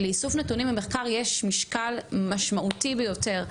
לאיסוף נתונים ומחקר יש משקל משמעותי ביותר.